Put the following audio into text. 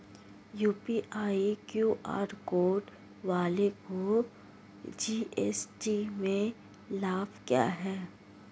UPI QR code वालों को GST में लाभ क्या है?